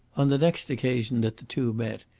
on the next occasion that the two met,